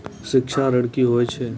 शिक्षा ऋण की होय छै?